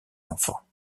enfants